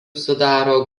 sudaro